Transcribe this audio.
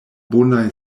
bonaj